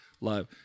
live